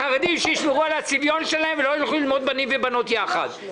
שהחרדים ישמרו על הצביון שלהם ולא ילכו ללמוד בנים ובנות ביחד.